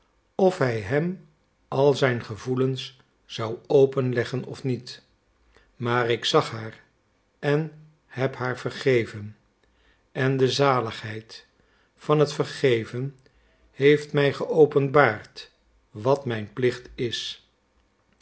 of hij hem al zijn gevoelens zou openleggen of niet maar ik zag haar en heb haar vergeven en de zaligheid van het vergeven heeft mij geopenbaard wat mijn plicht is